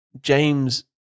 James